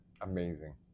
Amazing